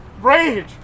Rage